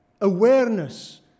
awareness